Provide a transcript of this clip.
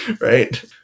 right